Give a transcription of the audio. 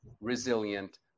resilient